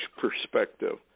perspective